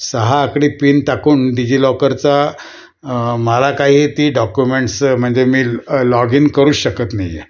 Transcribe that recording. सहा आकडी पिन टाकून डिजिलॉकरचा मला काही ती डॉक्युमेंट्स म्हणजे मी लॉग इन करू शकत नाही आहे